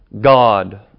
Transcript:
God